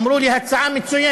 אמרו לי: הצעה מצוינת.